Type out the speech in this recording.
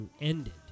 ended